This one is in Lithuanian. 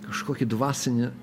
kažkokį dvasinį